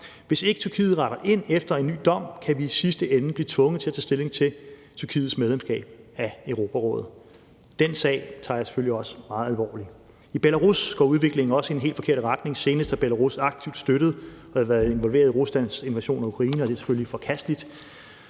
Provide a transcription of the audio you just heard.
Hvis ikke Tyrkiet retter ind efter en ny dom, kan vi i sidste ende bliver tvunget til at tage stilling til Tyrkiets medlemskab af Europarådet. Den sag tager jeg selvfølgelig også meget alvorligt. I Belarus går udviklingen også i den helt forkerte retning. Senest har Belarus aktivt støttet og været involveret i Ruslands invasion af Ukraine, og det er selvfølgelig forkasteligt.